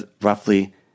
roughly